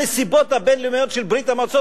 הנסיבות הבין-לאומיות של ברית-המועצות